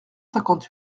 cinquante